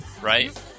Right